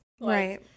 Right